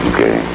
Okay